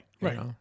right